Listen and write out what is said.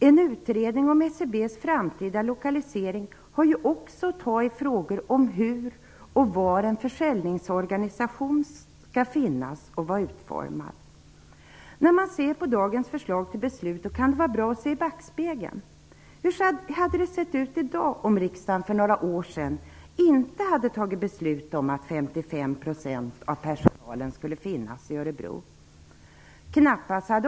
En utredning om SCB:s framtida lokalisering skall ju också ta i frågor om hur en försäljningsorganisation skall vara utformad och var den skall finnas. Med tanke på dagens förslag till beslut kan det vara bra att se i backspegeln. Hur hade det sett ut i dag om riksdagen för några år sedan inte hade fattat beslut om att 55 % av personalen skulle finnas i Örebro?